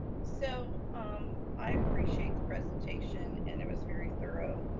so um i appreciate the presentation and it was very thorough.